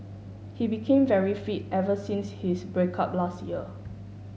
he became very fit ever since his break up last year